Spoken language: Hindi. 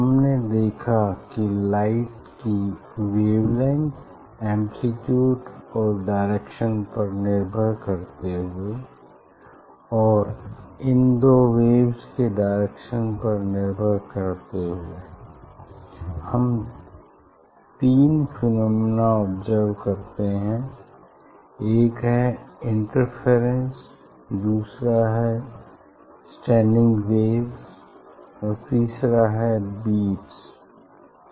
हमने देखा कि लाइट की वेवलेंग्थ एम्प्लीट्यूड और डायरेक्शन पर निर्भर करते हुए और इन दो वेव्स के डायरेक्शन पर निर्भर करते हुए हम तीन फिनोमेना ऑब्सेर्वे करते हैं एक है इंटरफेरेंस दूसरा है स्टैंडिंग वेव्स और तीसरा है बीट्स